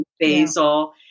basil